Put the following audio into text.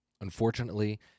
Unfortunately